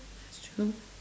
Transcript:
that's true